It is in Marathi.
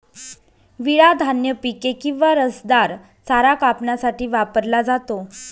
विळा धान्य पिके किंवा रसदार चारा कापण्यासाठी वापरला जातो